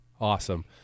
Awesome